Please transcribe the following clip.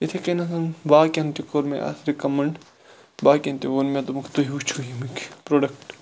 اِتھے کیٚنیٚتھ باقین تہِ کوٚر مےٚ اتھ رِکمنڈ باقیَن تہِ ووٚن مےٚ دوٚپمَکھ تُہۍ وٕچھِو ییٚمِکۍ پروڈَکٹ